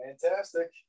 Fantastic